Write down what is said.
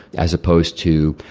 as opposed to,